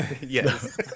Yes